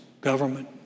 Government